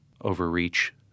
overreach